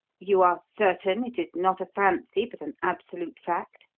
you are certain it is not a fancy, but an absolute fact?